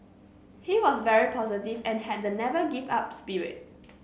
he was very positive and had the 'never give up' spirit